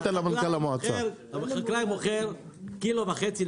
כשהחקלאי מוכר קילו וחצי,